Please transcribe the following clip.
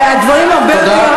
הדברים הרבה יותר,